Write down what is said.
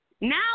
Now